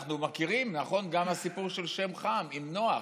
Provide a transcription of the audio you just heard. אנחנו מכירים את הסיפור של שם וחם עם נוח.